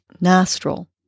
nostril